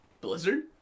Blizzard